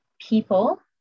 people